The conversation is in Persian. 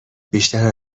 بیشتر